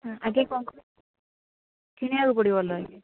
ହଁ ଆଜ୍ଞା କିଣିବାକୁ ପଡ଼ିବ